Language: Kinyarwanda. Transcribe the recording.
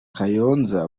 kayonza